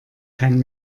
kein